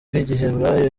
rw’igiheburayi